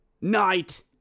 night